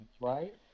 Right